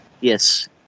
Yes